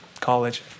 college